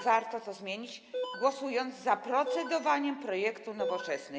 Warto to zmienić, głosując za procedowaniem nad projektem Nowoczesnej.